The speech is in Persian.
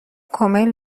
کمیل